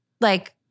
like-